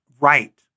right